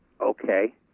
Okay